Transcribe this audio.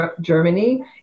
Germany